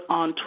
on